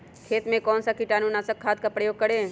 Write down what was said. खेत में कौन से कीटाणु नाशक खाद का प्रयोग करें?